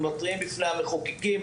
בפני המחוקקים,